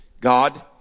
God